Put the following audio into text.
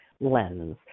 lens